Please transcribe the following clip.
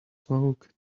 smoke